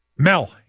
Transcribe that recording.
Mel